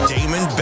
Damon